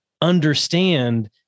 understand